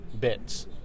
bits